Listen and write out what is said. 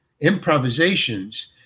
improvisations